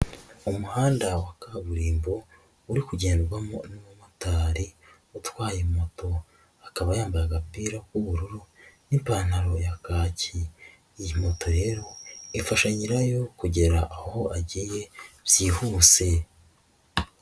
Umuhanda wa kaburimbo uri kugendwamo n'umumotari uatwaye moto, akaba yambaye agapira k'ubururu n'ipantaro ya kaki, iyi moto rero ifasha nyirayo kugera aho agiye byihuse.